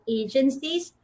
agencies